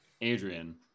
Adrian